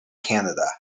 canada